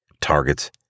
targets